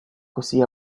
così